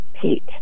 Pete